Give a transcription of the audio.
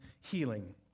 healing